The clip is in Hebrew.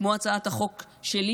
כמו הצעת החוק שלי,